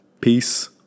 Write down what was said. peace